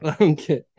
Okay